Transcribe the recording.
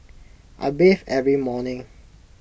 I bathe every morning